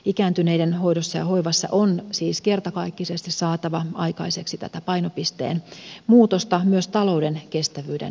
ikääntyneiden hoidossa ja hoivassa on siis kertakaikkisesti saatava aikaiseksi tätä painopisteen muutosta myös talouden kestävyyden näkökulmasta